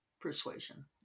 persuasion